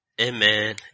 Amen